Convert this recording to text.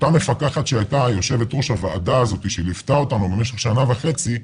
אותה מפקחת היושבת ראש הוועדה שליוותה אותנו במשך שנה וחצי,